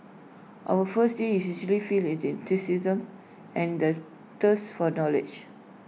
our first year is usually filled IT enthusiasm and the thirst for knowledge